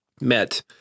met